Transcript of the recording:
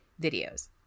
videos